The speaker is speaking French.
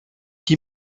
qui